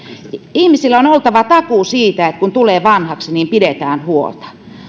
ihmisillä on oltava takuu siitä että kun tulee vanhaksi niin pidetään huolta